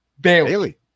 Bailey